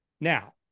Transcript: Now